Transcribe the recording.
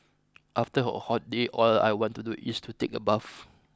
after a hot day all I want to do is to take a bath